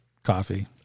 Coffee